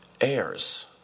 heirs